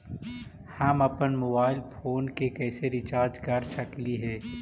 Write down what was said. हम अप्पन mobile phone के कैसे रिचार्ज कर सकली हे?